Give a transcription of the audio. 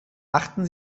achten